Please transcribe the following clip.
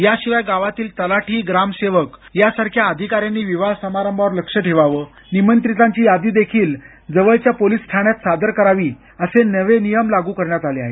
याशिवाय गावातील तलाठी ग्रामसेवक यासारख्या अधिकाऱ्यांनी विवाह समारंभावर लक्ष ठेवावं निमंत्रितांची यादी देखील जवळच्या पोलीस ठाण्यात सादर करावी असे नवे नियम लागू करण्यात आले आहेत